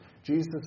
Jesus